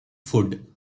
food